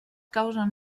causen